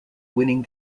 winning